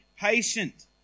patient